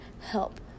help